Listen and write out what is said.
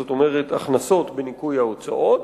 זאת אומרת הכנסות בניכוי ההוצאות,